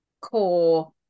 core